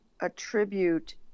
attribute